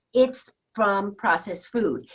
it's from processed food.